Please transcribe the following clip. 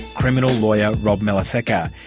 criminal lawyer rob melasecca.